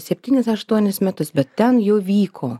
septynis aštuonis metus bet ten jau vyko